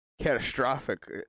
catastrophic